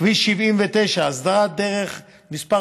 כביש 79, הסדרת דרך מס'